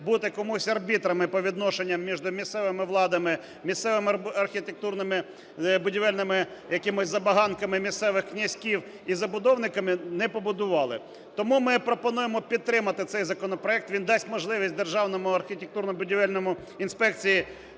бути комусь арбітрами по відношенню між місцевими владами, місцевими архітектурними будівельними якимись забаганками місцевих князьків і забудовниками, не побудували. Тому ми пропонуємо підтримати цей законопроект, він дасть можливість Державній архітектурно-будівельній інспекції